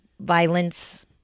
violence